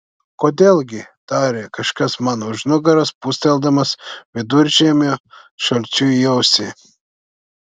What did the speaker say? kodėl gi tarė kažkas man už nugaros pūsteldamas viduržiemio šalčiu į ausį